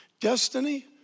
Destiny